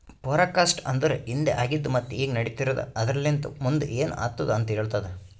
forecast ಅಂದುರ್ ಹಿಂದೆ ಆಗಿದ್ ಮತ್ತ ಈಗ ನಡಿತಿರದ್ ಆದರಲಿಂತ್ ಮುಂದ್ ಏನ್ ಆತ್ತುದ ಅಂತ್ ಹೇಳ್ತದ